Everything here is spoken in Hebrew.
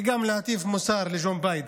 וגם להטיף מוסר לג'ו ביידן.